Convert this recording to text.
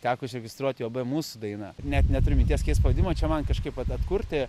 teko užregistruoti mūsų daina net neturiu minties keist pavadinimo čia man kažkaip vat atkurti